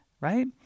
right